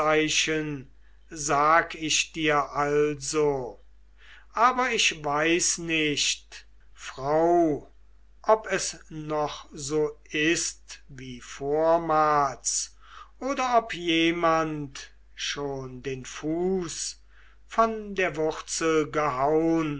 sag ich dir also aber ich weiß nicht frau ob es noch so ist wie vormals oder ob jemand schon den fuß von der wurzel